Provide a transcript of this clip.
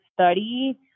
study